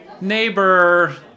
neighbor